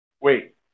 wait